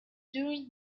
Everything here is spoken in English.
during